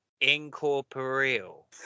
incorporeal